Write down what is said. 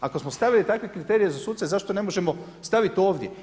Ako smo stavili takve kriterije za suce zašto ne možemo staviti ovdje?